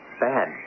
bad